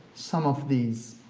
some of these